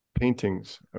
paintings